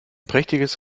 prächtiges